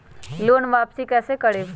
Loan वापसी कैसे करबी?